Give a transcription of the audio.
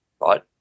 right